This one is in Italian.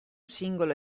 singolo